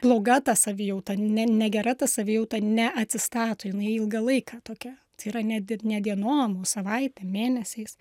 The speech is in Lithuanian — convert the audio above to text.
bloga ta savijauta ne negera ta savijauta neatsistato jinai ilgą laiką tokia tai yra net ir ne dienom o savaitėm mėnesiais